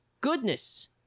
goodness